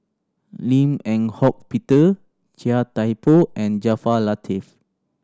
Lim Eng Hock Peter Chia Thye Poh and Jaafar Latiff